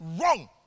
wrong